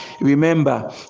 Remember